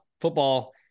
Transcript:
football